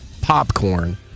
popcorn